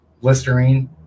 Listerine